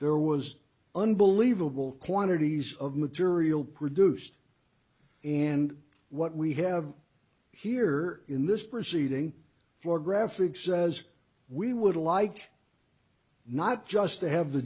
there was unbelievable quantities of material produced and what we have here in this proceeding for graphics says we would like not just to have the